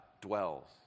dwells